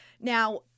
Now